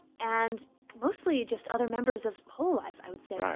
and mostly just other members of hololive, i would say,